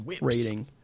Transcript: rating